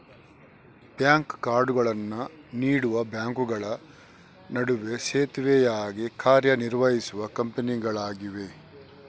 bank ಕಾರ್ಡುಗಳನ್ನು ನೀಡುವ ಬ್ಯಾಂಕುಗಳ ನಡುವೆ ಸೇತುವೆಯಾಗಿ ಕಾರ್ಯ ನಿರ್ವಹಿಸುವ ಕಂಪನಿಗಳಾಗಿವೆ